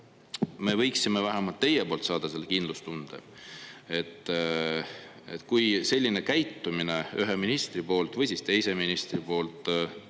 me võiksime vähemalt teie poolt saada selle kindlustunde, et kui selline käitumine ühe ministri poolt või siis teise ministri poolt